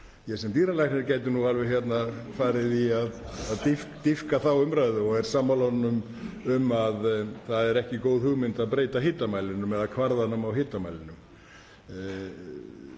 ég sem dýralæknir gæti alveg farið í að dýpka þá umræðu og er sammála honum um að það er ekki góð hugmynd að breyta hitamælinum eða kvarðanum á hitamælinum.